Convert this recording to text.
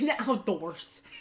outdoors